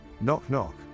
Knock-knock